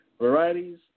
varieties